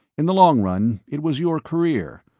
in the long run it was your career,